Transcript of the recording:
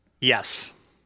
Yes